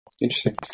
Interesting